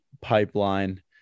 pipeline